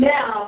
Now